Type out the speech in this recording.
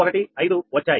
0 315 వచ్చాయి